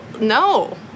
no